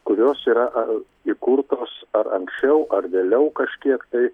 kurios yra įkurtos ar anksčiau ar vėliau kažkiek tai